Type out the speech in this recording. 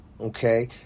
okay